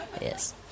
yes